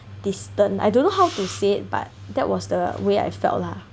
distant I don't know how to say it but that was the way I felt lah